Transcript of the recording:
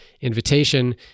invitation